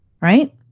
right